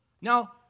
Now